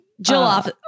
Jill-Off